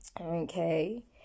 okay